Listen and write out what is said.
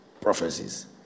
prophecies